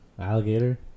alligator